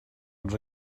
uns